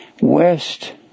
west